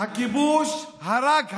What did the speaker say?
הכיבוש הרג היום,